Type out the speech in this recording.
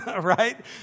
right